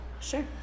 Sure